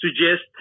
suggest